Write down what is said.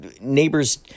neighbors